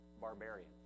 barbarian